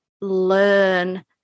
learn